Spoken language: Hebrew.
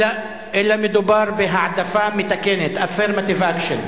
אלא מדובר בהעדפה מתקנת, affirmative action.